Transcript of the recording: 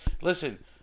Listen